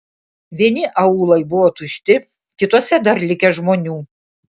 vieni aūlai buvo tušti kituose dar likę žmonių